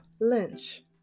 Lynch